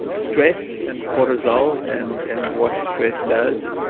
stress and cortisol, and what stress does.